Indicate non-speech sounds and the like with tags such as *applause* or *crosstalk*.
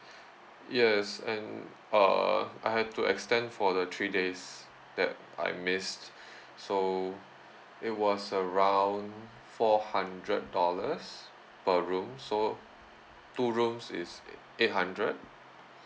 yes and uh I have to extend for the three days that I missed *breath* so it was around four hundred dollars per room so two rooms is eight eight hundred